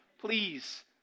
please